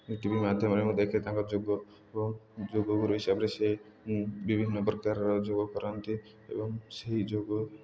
YouTube ମାଧ୍ୟମରେ ମୁଁ ଦେଖେ ତାଙ୍କ ଯୋଗ ଏବଂ ଯୋଗ ଗୁରୁ ହିସାବରେ ସେ ବିଭିନ୍ନ ପ୍ରକାରର ଯୋଗ କରନ୍ତି ଏବଂ ସେହି ଯୋଗ